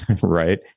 right